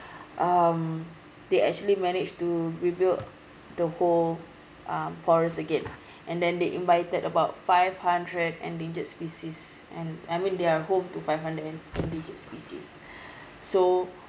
um they actually managed to rebuild the whole um forest again and then they invited about five hundred endangered species and I mean they're home to five hundred en~ endangered species so